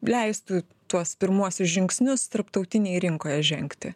leistų tuos pirmuosius žingsnius tarptautinėj rinkoj žengti